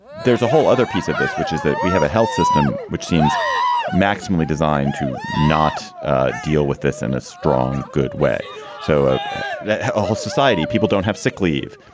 there's a whole other piece of this, which is that we have a health system which seems maximally designed to not deal with this in a strong good way so ah that ah all society people don't have sick leave.